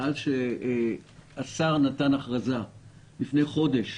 מאז שהשר נתן הכרזה לפני חודש: